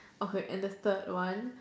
okay and the third one